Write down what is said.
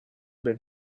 been